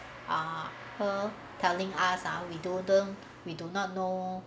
ah her telling us ah we we do not know